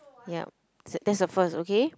yup s~ that's the first okay